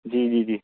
जी जी जी